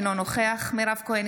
אינו נוכח מירב כהן,